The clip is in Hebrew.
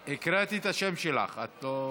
מהר, הקראתי את השם שלך, את לא,